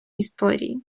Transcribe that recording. історії